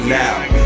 now